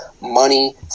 money